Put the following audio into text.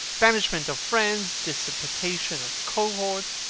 banishment of friends, dissipation of cohorts,